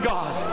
God